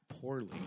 poorly